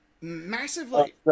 Massively